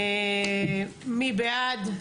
מי בעד?